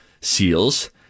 seals